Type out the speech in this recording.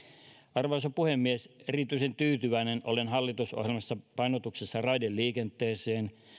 arvoisa puhemies erityisen tyytyväinen olen hallitusohjelmassa painotukseen raideliikenteeseen